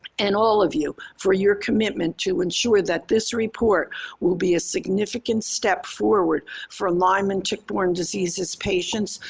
and all of you for your commitment to ensure that this report will be a significant step forward for lyme and tick-borne diseases patients,